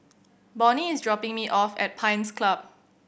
Bonnie is dropping me off at Pines Club